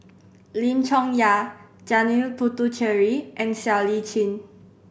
Lim Chong Yah Janil Puthucheary and Siow Lee Chin